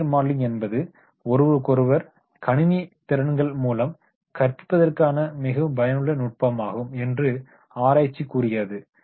behaviour modelling என்பது ஒருவருக்கொருவர் கணினி திறன்கள் முலம் கற்பிப்பதற்கான மிகவும் பயனுள்ள நுட்பமாகும் என்று ஆராய்ச்சி கூறுகிறது